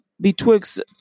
betwixt